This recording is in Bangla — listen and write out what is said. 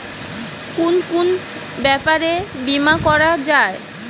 কুন কুন ব্যাপারে বীমা করা যায়?